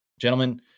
gentlemen